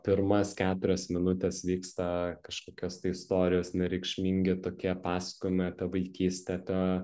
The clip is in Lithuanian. pirmas keturias minutes vyksta kažkokios tai istorijos nereikšmingi tokie pasakojimai apie vaikystę apie